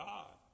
God